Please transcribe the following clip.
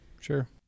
sure